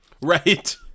Right